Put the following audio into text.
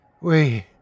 we